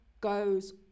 goes